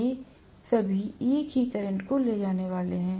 ये सभी एक ही करंट को ले जाने वाले हैं